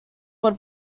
por